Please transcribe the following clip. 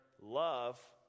love